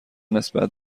نسبت